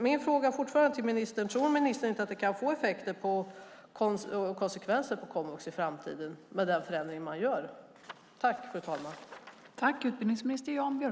Min fråga till ministern är fortfarande: Tror ministern inte att det kan få konsekvenser för komvux i framtiden med den förändring man gör?